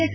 S